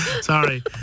Sorry